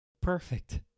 perfect